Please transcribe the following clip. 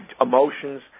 emotions